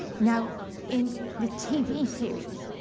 now in the tv series,